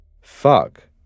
Fuck